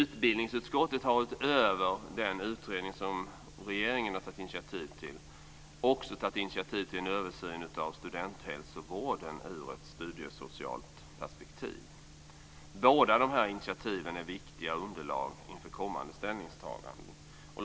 Utbildningsutskottet har utöver den utredning som regeringen har tagit initiativ till också tagit initiativ till en översyn av studenthälsovården ur ett studiesocialt perspektiv. Båda dessa initiativ är viktiga underlag inför kommande ställningstaganden.